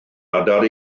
adar